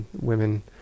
women